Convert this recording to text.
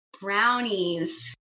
Brownies